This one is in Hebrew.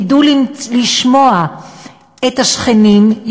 ידעו לשמוע את השכנים,